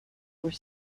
were